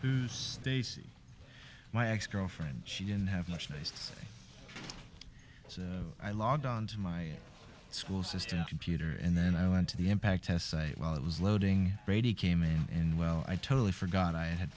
and stacy my ex girlfriend she didn't have much missed so i logged on to my school system computer and then i went to the impact to say well it was loading brady came in and well i totally forgot i had